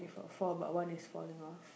got four but one is falling off